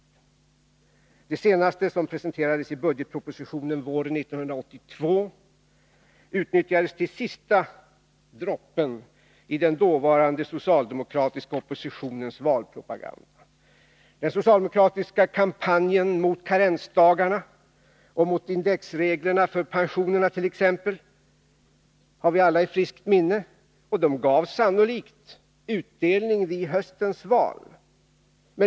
Det senaste, som presenterades i budgetpropositionen våren 1982, utnyttjades till sista droppen i den dåvarande socialdemokratiska oppositionens valpropaganda. Den socialdemokratiska kampanjen mot karensdagarna och indexreglerna för pensionerna t.ex. har vi alla i friskt minne, och den gav sannolikt också utdelning vid höstens val.